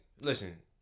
listen